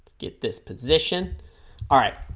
get this position all right